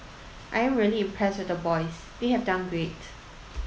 I am really impressed with the boys they have done great